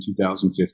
2015